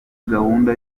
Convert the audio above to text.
gahunda